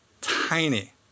tiny